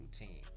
routine